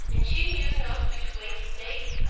and she knew not which way to take,